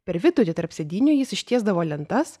per vidurį tarp sėdynių jis ištiesdavo lentas